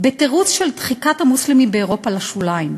בתירוץ של דחיקת המוסלמים באירופה לשוליים.